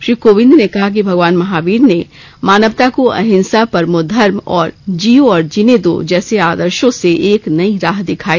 श्री कोविंद ने कहा कि भगवान महावीर ने मानवता को अहिंसा परमो धर्म और जियो और जीने दो जैसे आदर्शो से एक नई राह दिखाई